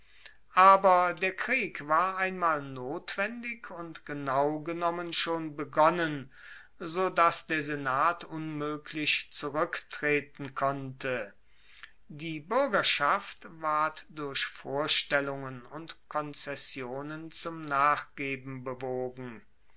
aber der krieg war einmal notwendig und genau genommen schon begonnen so dass der senat unmoeglich zuruecktreten konnte die buergerschaft ward durch vorstellungen und konzessionen zum nachgeben bewogen